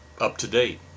up-to-date